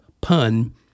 pun